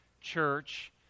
Church